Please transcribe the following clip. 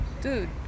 dude